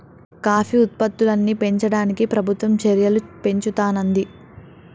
coffee ఉత్పత్తుల్ని పెంచడానికి ప్రభుత్వం చెర్యలు పెంచుతానంది